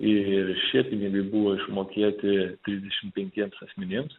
ir šie pinigai buvo išmokėti trisdešim penkiems asmenims